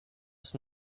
ist